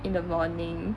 in the morning